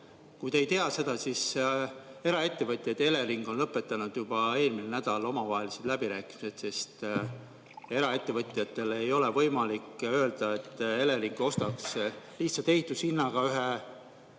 Kui te ei tea seda, siis eraettevõtjaid ja Elering lõpetasid juba eelmisel nädalal omavahelised läbirääkimised, sest eraettevõtjatel ei ole võimalik öelda, et Elering ostaks lihtsalt ehitushinnaga ühe